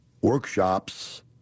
workshops